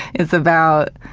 it's about,